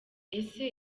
ese